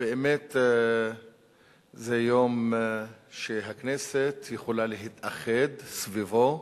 זה באמת יום שהכנסת יכולה להתאחד סביבו,